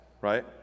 right